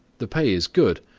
the pay is good,